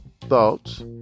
thoughts